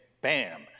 BAM